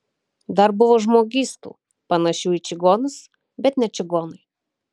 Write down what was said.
dar buvo žmogystų panašių į čigonus bet ne čigonai